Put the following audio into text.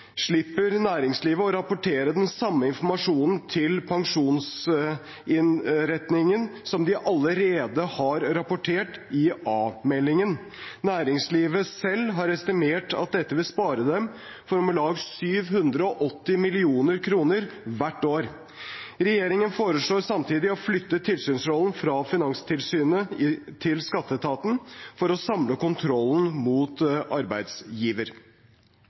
slipper næringslivet å rapportere den samme informasjonen til pensjonsinnretningen som de allerede har rapportert i a-meldingen. Næringslivet selv har estimert at dette vil spare dem for om lag 780 mill. kr hvert år. Regjeringen foreslår samtidig å flytte tilsynsrollen fra Finanstilsynet til skatteetaten for å samle kontrollen mot arbeidsgiver.